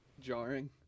jarring